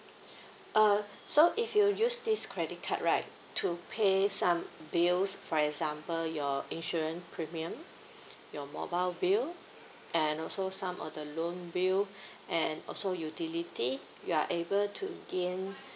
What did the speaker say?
uh so if you use this credit card right to pay some bills for example your insurance premium your mobile bill and also some of the loan bill and also utility you are able to gain